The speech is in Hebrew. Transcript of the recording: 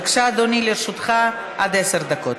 בבקשה, אדוני, לרשותך עד עשר דקות.